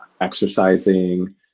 exercising